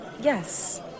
Yes